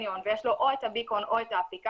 ויש לו או את הביקון או את האפליקציה,